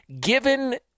given